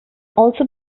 also